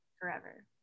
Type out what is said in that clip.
forever